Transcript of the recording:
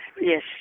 Yes